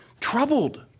Troubled